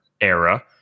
era